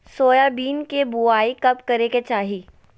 Soybean के बुआई कब करे के चाहि?